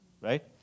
right